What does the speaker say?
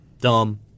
Dumb